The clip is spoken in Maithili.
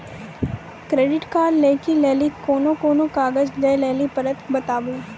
क्रेडिट कार्ड लै के लेली कोने कोने कागज दे लेली पड़त बताबू?